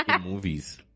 movies